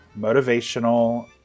Motivational